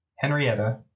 Henrietta